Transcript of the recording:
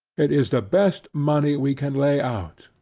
it is the best money we can lay out.